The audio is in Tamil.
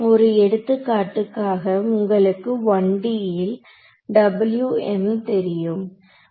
ஒரு எடுத்துக்காட்டுக்காக உங்களுக்கு 1D ல் தெரியும்